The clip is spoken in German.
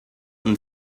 und